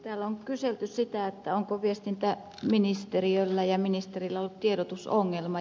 täällä on kyselty sitä onko viestintäministeriöllä ja ministerillä ollut tiedotusongelma